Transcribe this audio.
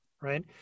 right